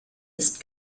ist